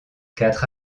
quatre